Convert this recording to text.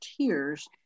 tears